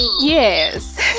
yes